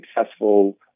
successful